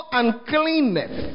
uncleanness